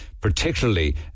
particularly